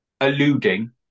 alluding